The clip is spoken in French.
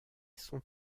sont